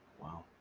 Wow